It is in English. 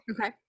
okay